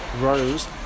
Rose